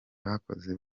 bakoze